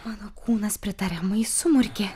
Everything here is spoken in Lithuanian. mano kūnas pritariamai sumurkė